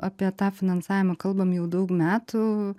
apie tą finansavimą kalbam jau daug metų